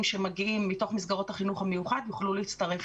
שמגיעים מתוך מסגרות החינוך המיוחד יוכלו להצטרף.